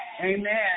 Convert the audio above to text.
Amen